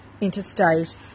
interstate